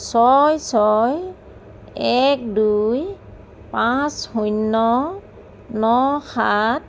ছয় ছয় এক দুই পাঁচ শূন্য ন সাত ছয় ছয় এক দুই পাঁচ শূন্য ন সাত